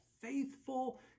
faithful